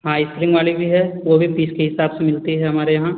हाँ इस्प्रिंग वाली भी है वो भी पीस के हिसाब से मिलती है हमारे यहाँ